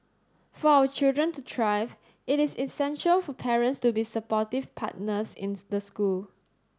for our children to thrive it is essential for parents to be supportive partners in the school